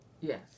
Yes